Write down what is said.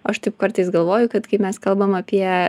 aš taip kartais galvoju kad kai mes kalbam apie